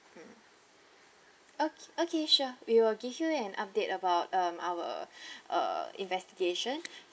mm okay okay sure we will give you an update about um our uh investigation